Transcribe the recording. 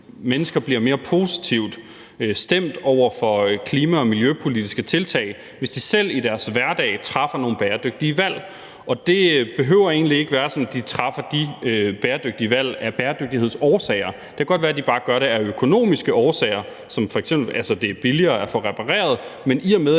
mennesker bliver mere positivt stemt over for klima- og miljøpolitiske tiltag, hvis de selv i deres hverdag træffer nogle bæredygtige valg. Og det behøver egentlig ikke være sådan, at de træffer de bæredygtige valg af bæredygtighedsårsager. Det kan godt være, de bare gør det af økonomiske årsager, som at det f.eks. er billigere at få repareret. Men i og med